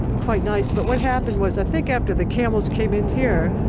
quite nice. but what happened was i think after the camels came in here,